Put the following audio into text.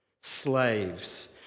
slaves